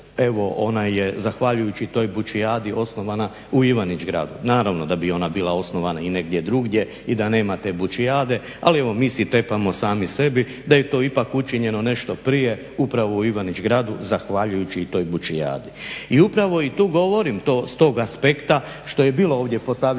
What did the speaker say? evo ona je zahvaljujući toj bučijadi osnovana u Ivanić gradu. Naravno, da bi i ona bila osnovana i negdje drugdje i da nema te Bučijade ali evo mi si tepamo sami sebi da je to ipak učinjeno nešto prije upravo u Ivanić Gradu zahvaljujući toj Bučijadi. I upravo i tu govorim s tog aspekta što je bilo ovdje postavljeno